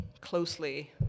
closely